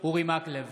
אורי מקלב,